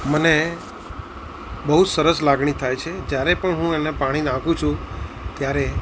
મને બહુ સરસ લાગણી થાય છે જ્યારે પણ હું એને પાણી નાખું છું ત્યારે